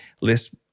list